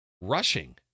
rushing